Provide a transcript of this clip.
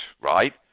right